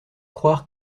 croire